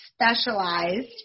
specialized